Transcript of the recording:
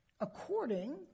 according